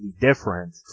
different